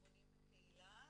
ארגונים וקהילה.